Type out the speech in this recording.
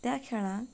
त्या खेळान